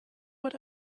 what